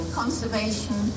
conservation